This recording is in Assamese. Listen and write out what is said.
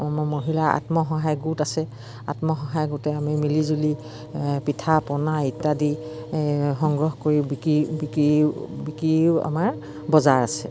মহিলাৰ আত্মসহায়ক গোট আছে আত্মসহায়ক গোটতে আমি মিলি জুলি পিঠা পনা ইত্যাদি সংগ্ৰহ কৰি বিকিও আমাৰ বজাৰ আছে